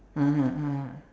(uh huh) ah